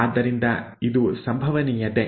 ಆದ್ದರಿಂದ ಇದು ಸಂಭವನೀಯತೆ